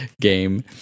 game